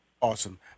Awesome